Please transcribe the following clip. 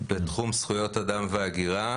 בתחום זכויות אדם והגירה.